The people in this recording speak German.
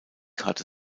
hatte